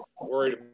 worried